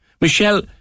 Michelle